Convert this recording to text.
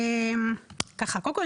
קודם כול,